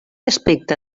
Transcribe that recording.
aspecte